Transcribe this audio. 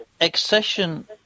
Accession